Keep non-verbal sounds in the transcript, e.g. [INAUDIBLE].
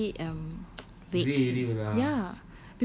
that's very um [NOISE] vague ya